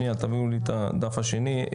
תביאו לי את הדף השני.